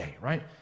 right